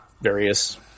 various